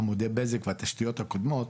עמודי בזק והתשתיות הקודמות,